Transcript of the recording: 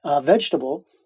vegetable